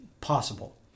possible